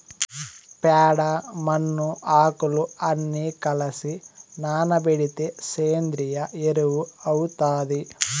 ప్యాడ, మన్ను, ఆకులు అన్ని కలసి నానబెడితే సేంద్రియ ఎరువు అవుతాది